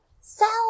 sell